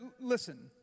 listen